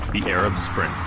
the arab spring.